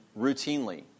routinely